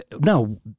No